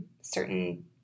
certain